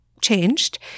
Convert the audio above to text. changed